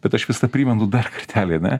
bet aš vis tą primenu dar kartelį ane